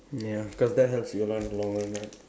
ya cause that helps you a lot in the long run right